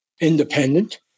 independent